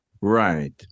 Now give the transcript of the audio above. Right